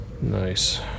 Nice